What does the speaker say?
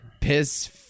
piss